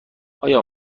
آیا